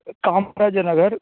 Kamarajar Nagar